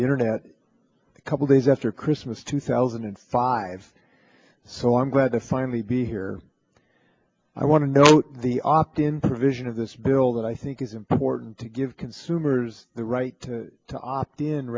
the internet a couple days after christmas two thousand and five so i'm glad to finally be here i want to know the opt in provision of this bill that i think is important to give consumers the right to opt in